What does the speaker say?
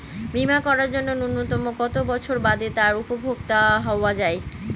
বীমা করার জন্য ন্যুনতম কত বছর বাদে তার উপভোক্তা হওয়া য়ায়?